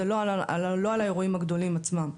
זה לא על האירועים הגדולים עצמם.